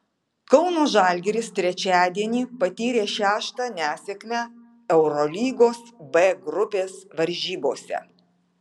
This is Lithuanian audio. kauno žalgiris trečiadienį patyrė šeštą nesėkmę eurolygos b grupės varžybose